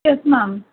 yes ma'am